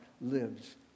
lives